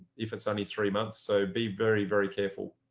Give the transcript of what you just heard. if it's only three months, so be very, very careful.